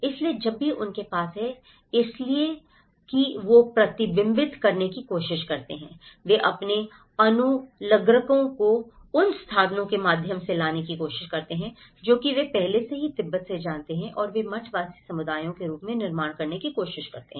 इसलिए जब भी उनके पास है इसलिए कि वे प्रतिबिंबित करने की कोशिश करते हैं वे अपने अनुलग्नकों को उन स्थानों के माध्यम से लाने की कोशिश करते हैं जो कि वे पहले से ही तिब्बत से जानते हैं और वे मठवासी समुदायों के रूप में निर्माण करने की कोशिश करते हैं